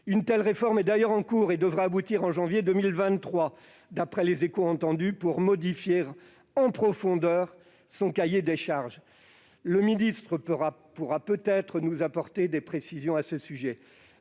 Elle est d'ailleurs en cours et devrait aboutir en janvier 2023, d'après les échos que j'ai entendus, pour modifier en profondeur le cahier des charges. M. le ministre pourra peut-être nous apporter des précisions à ce sujet.